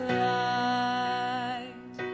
light